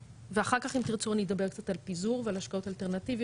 ואחר כך אם תרצו אני אדבר קצת על פיזור ועל השקעות אלטרנטיביות,